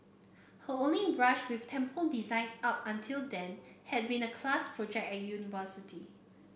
her only brush with temple design up until then had been a class project at university